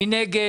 התקציב?